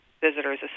Visitors